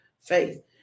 faith